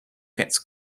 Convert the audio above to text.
gets